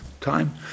time